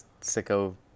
sicko